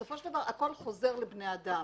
בסופו של דבר הכול חוזר לבני אדם